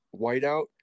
whiteout